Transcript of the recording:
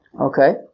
Okay